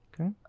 Okay